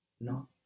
No